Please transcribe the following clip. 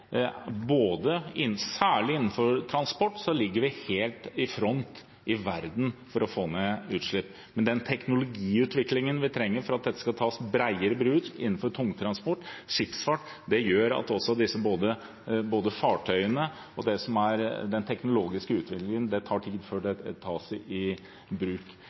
særlig innenfor transport, ligger vi helt i front i verden for å få ned utslipp. Men den teknologiutviklingen vi trenger for at dette skal tas bredere i bruk innenfor tungtransport og skipsfart, gjør at det også både for fartøyene og det som nå er den teknologiske utviklingen, tar tid før dette tas i bruk.